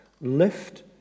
Lift